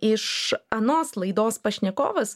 iš anos laidos pašnekovas